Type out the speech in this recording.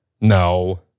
No